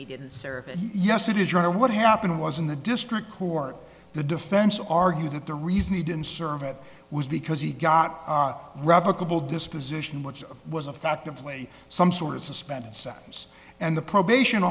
he didn't serve and yes it is you know what happened was in the district court the defense argued that the reason he didn't serv it was because he got rob a couple disposition which was a fact of lay some sort of suspended sentence and the probation